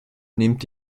nimmt